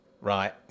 Right